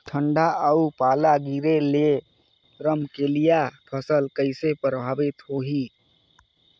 ठंडा अउ पाला गिरे ले रमकलिया फसल कइसे प्रभावित होही?